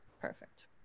Perfect